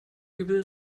übel